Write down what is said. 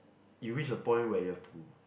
you reach a point where you have to